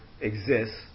exists